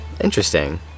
Interesting